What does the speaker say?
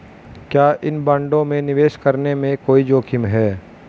क्या इन बॉन्डों में निवेश करने में कोई जोखिम है?